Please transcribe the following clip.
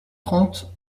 trente